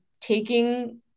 taking